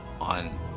on